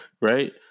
Right